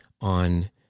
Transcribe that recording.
on